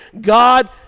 God